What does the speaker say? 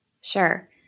Sure